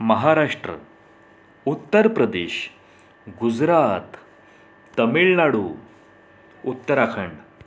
Maharashtra Uttar Pradesh Gujarat Tamil Nadu Uttarakhand